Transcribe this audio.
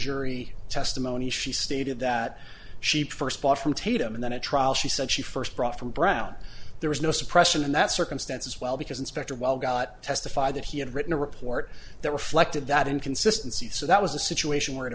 jury testimony she stated that she first bought from tatum and then a trial she said she first brought from brown there was no suppression in that circus sense as well because inspector well got testified that he had written a report that reflected that inconsistency so that was the situation where it